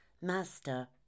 Master